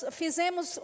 fizemos